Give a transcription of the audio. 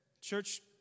Church